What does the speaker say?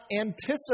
anticipate